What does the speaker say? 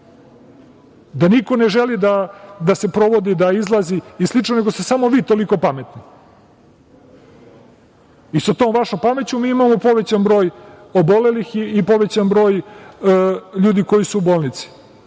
Da niko ne želi da se provodi, da izlazi i slično, nego ste samo vi toliko pametni. Sa tom vašom pameću mi imamo povećan broj obolelih i povećan broj ljudi koji su u bolnici. Onda,